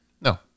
No